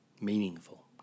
meaningful